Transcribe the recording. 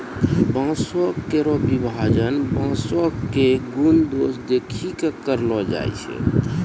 बांसों केरो विभाजन बांसों क गुन दोस देखि कॅ करलो जाय छै